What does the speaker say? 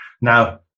Now